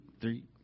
three